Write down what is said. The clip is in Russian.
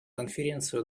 конференции